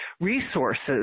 resources